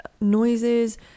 noises